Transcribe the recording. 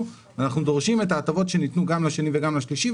שאנחנו דורשים את ההטבות שניתנו גם לשני וגם לשלישי.